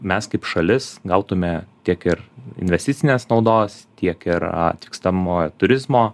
mes kaip šalis gautume tiek ir investicinės naudos tiek ir atvykstamojo turizmo